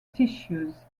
tissues